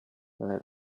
let